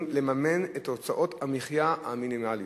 לממן את הוצאות המחיה המינימליות".